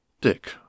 Dick